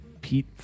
Pete